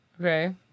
Okay